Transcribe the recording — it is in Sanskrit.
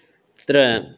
त्र